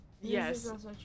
yes